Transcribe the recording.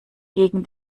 gegen